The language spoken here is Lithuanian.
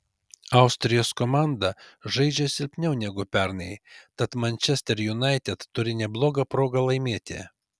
austrijos komanda žaidžia silpniau negu pernai tad manchester united turi neblogą progą laimėti